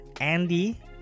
Andy